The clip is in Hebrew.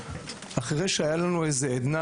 אחרי שהייתה לנו איזו עדנה,